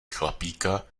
chlapíka